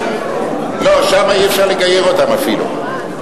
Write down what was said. לא, שמה אי-אפשר לגייר אותם אפילו.